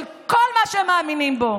של כל מה שהם מאמינים בו.